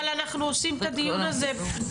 אבל אנחנו עושים את הדיון הזה.